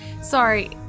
sorry